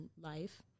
life